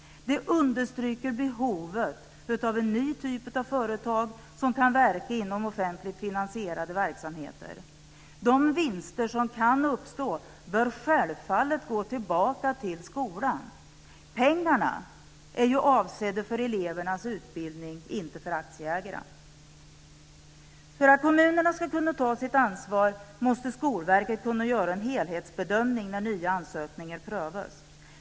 Det understryker behovet av en ny typ av företag som kan verka inom offentligt finansierade verksamheter. De vinster som kan uppstå bör självfallet gå tillbaka till skolan. Pengarna är ju avsedda för elevernas utbildning, inte för aktieägarna. För att kommunerna ska kunna ta sitt ansvar måste Skolverket kunna göra en helhetsbedömning när nya ansökningar prövas.